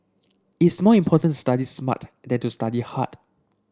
it's more important study smart than to study hard